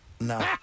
No